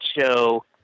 show